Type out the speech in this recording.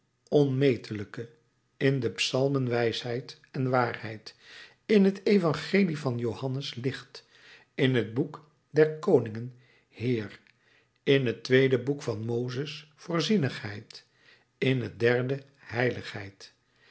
onmetelijke in de psalmen wijsheid en waarheid in het evangelie van johannes licht in het boek der koningen heer in het tweede boek van mozes voorzienigheid in het derde heiligheid